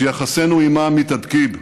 שיחסינו עימה מתהדקים.